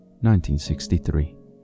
1963